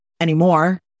anymore